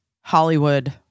hollywood